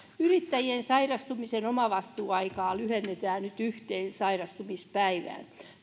yrittäjien sairastumisen omavastuuaikaa lyhennetään nyt yhteen sairastumispäivään